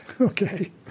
Okay